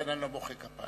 לכן אני לא מוחא כפיים.